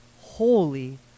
holy